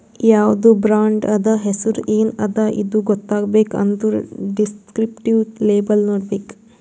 ಯಾವ್ದು ಬ್ರಾಂಡ್ ಅದಾ, ಹೆಸುರ್ ಎನ್ ಅದಾ ಇದು ಗೊತ್ತಾಗಬೇಕ್ ಅಂದುರ್ ದಿಸ್ಕ್ರಿಪ್ಟಿವ್ ಲೇಬಲ್ ನೋಡ್ಬೇಕ್